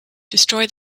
destroy